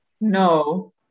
no